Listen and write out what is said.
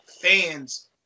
fans